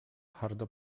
hardo